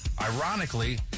ironically